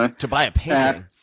ah to buy a painting?